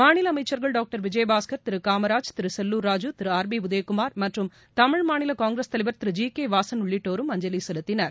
மாநில அமைச்சர்கள் doctor Vijayabaskar Thiru Kamaraj Thiru Sellur Raju Thiru R B Udayakumar மற்றும் தமிழ் மாநில காங்கிரஸ் தலைவர் திரு ஜி கே வாசன் உள்ளிட்டோரும் அஞ்சலி செலுத்தினர்